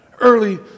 early